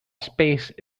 space